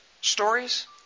stories